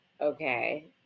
Okay